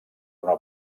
una